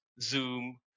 Zoom